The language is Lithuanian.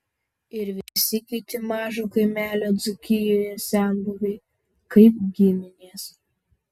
ir visi kiti mažo kaimelio dzūkijoje senbuviai kaip giminės